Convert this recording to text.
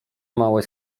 małe